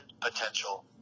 potential